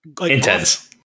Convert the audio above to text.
intense